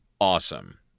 awesome